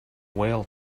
whale